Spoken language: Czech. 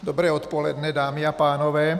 Dobré odpoledne, dámy a pánové.